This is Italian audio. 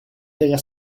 della